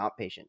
outpatient